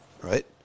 right